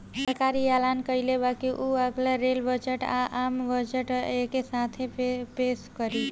सरकार इ ऐलान कइले बा की उ अगला रेल बजट आ, आम बजट एके साथे पेस करी